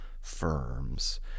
firms